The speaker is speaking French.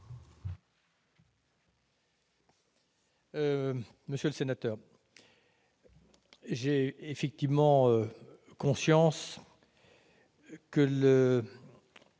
Monsieur le sénateur, j'ai effectivement conscience que les